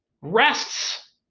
rests